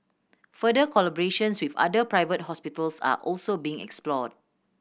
further collaborations with other private hospitals are also being explored